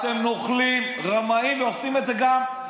אתם נוכלים, רמאים, ועושים את זה גם,